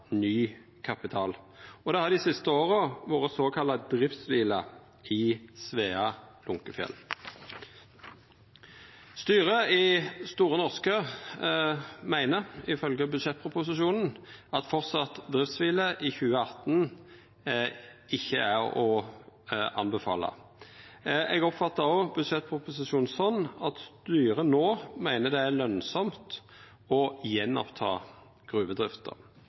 såkalla driftskvile i Svea og Lunckefjell. Styret i Store Norske meiner, ifølgje budsjettproposisjonen, at framleis driftskvile i 2018 ikkje er å anbefala. Eg oppfattar òg budsjettproposisjonen slik at styret no meiner det er lønsamt å ta opp igjen gruvedrifta.